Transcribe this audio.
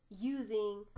using